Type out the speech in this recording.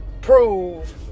prove